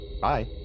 Bye